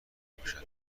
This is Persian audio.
باشد